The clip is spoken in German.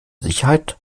sicherheit